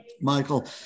Michael